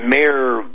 Mayor